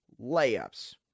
layups